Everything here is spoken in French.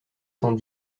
cent